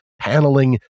paneling